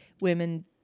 women